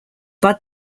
bud